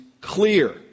clear